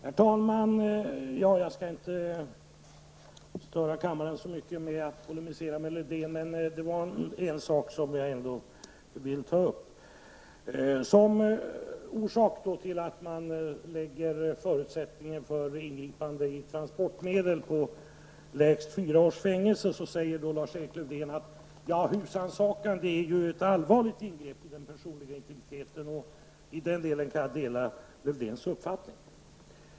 Herr talman! Jag skall inte störa kammaren så mycket med att polemisera mot Lövdén, men jag vill ändock ta upp en sak. Som orsak till att man lägger gränsen för husrannsakan i transportmedel vid lägst fyra års fängelse säger Lars-Erik Lövdén att husrannsakan innebär ett allvarligt ingrepp i den personliga integriteten. Så långt kan jag dela Lövdéns uppfattning.